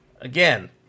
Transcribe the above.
again